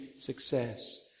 success